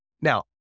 now